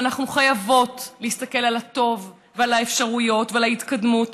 ואנחנו חייבות להסתכל בו על הטוב ועל האפשרויות ועל ההתקדמות,